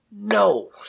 No